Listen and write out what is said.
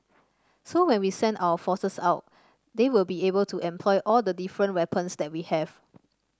so when we send our forces out they will be able to employ all the different weapons that we have